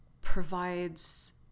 provides